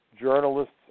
journalists